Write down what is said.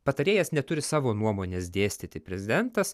patarėjas neturi savo nuomonės dėstyti prezidentas